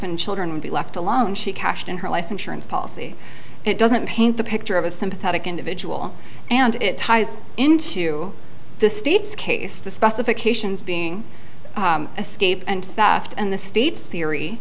and children would be left alone she cashed in her life insurance policy it doesn't paint the picture of a sympathetic individual and it ties into the state's case the specifications being escape and and the state's theory